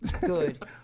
Good